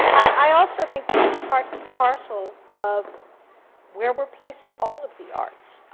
i also think this is part and parcel of where we're placing all of the arts.